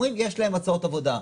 אומרים שיש להם הצעות עבודה,